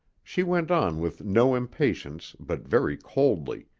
she went on with no impatience but very coldly.